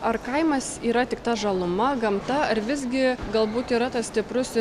ar kaimas yra tik ta žaluma gamta ar visgi galbūt yra tas stiprus